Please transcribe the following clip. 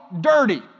dirty